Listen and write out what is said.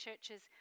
churches